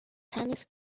tennis